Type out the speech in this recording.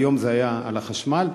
היום זה היה על החשמל,